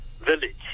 village